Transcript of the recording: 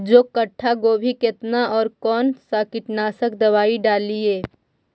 दो कट्ठा गोभी केतना और कौन सा कीटनाशक दवाई डालिए?